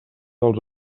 dels